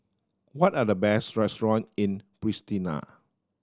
what are the best restaurant in Pristina